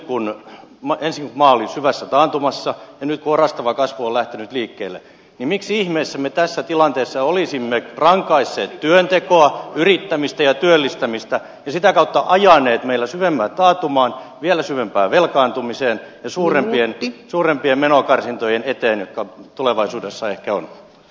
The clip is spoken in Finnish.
kun ensin maa oli syvässä taantumassa ja nyt orastava kasvu on lähtenyt liikkeelle niin miksi ihmeessä me tässä tilanteessa olisimme rangaisseet työntekoa yrittämistä ja työllistämistä ja sitä kautta ajaneet maan syvemmälle taantumaan vielä syvempään velkaantumiseen ja suurem pien menokarsintojen eteen jotka tulevaisuudessa ehkä ovat edessä